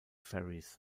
ferries